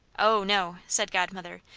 oh, no, said godmother,